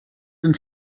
den